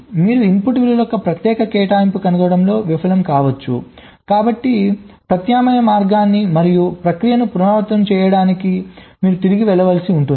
మీరు ఇన్పుట్ విలువల యొక్క ప్రత్యేకమైన కేటాయింపును కనుగొనడంలో విఫలం కావచ్చు కాబట్టి ప్రత్యామ్నాయ మార్గాన్ని మరియు ప్రక్రియను పునరావృతం చేయడానికి మీరు తిరిగి వెళ్ళవలసి ఉంటుంది